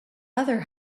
other